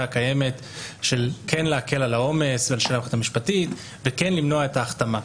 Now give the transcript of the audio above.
הקיימת שמבקשת להקל על העומס ועל המערכת המשפטית וגם למנוע את ההכתמה.